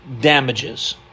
Damages